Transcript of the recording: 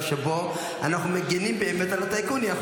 שבו אנחנו באמת מגינים על הטייקונים.